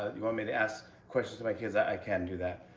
ah you want me to ask questions to my kids, i can do that.